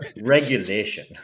regulation